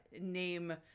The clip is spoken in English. name